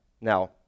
Now